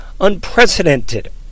unprecedented